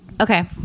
Okay